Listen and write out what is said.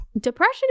depression